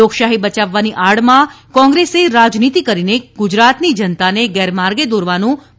લોકશાહી બચાવવાની આડમાં કોંગ્રેસે રાજનીતિ કરીને ગુજરાતની જનતાને ગેરમાર્ગે દોરવાનું બંધ કરવું જોઈએ